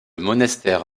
monastère